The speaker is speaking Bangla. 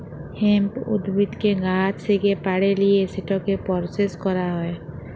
হেম্প উদ্ভিদকে গাহাচ থ্যাকে পাড়ে লিঁয়ে সেটকে পরসেস ক্যরা হ্যয়